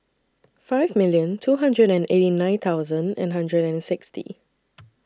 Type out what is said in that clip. five million two hundred and eighty nine thousand and hundred and sixty